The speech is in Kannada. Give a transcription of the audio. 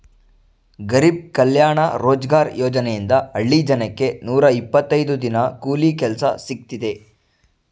ಗರಿಬ್ ಕಲ್ಯಾಣ ರೋಜ್ಗಾರ್ ಯೋಜನೆಯಿಂದ ಹಳ್ಳಿ ಜನಕ್ಕೆ ನೂರ ಇಪ್ಪತ್ತೈದು ದಿನ ಕೂಲಿ ಕೆಲ್ಸ ಸಿಕ್ತಿದೆ